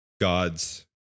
God's